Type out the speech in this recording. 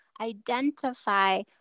identify